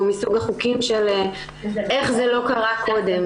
שהוא מסוג החוקים של "איך זה לא קרה קודם".